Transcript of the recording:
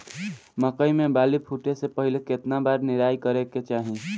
मकई मे बाली फूटे से पहिले केतना बार निराई करे के चाही?